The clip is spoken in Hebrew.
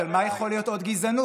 אז על מה יכול להיות עוד גזענות,